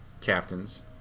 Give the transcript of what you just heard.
captains